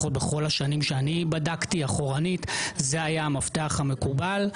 לפחות בכל השנים שאני בדקתי אחורנית זה היה המפתח המקובל,